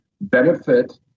benefit